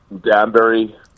Danbury